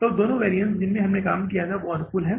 तो दोनों वैरिअन्स जिन पर हमने काम किया वो अनुकूल हैं